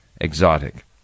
exotic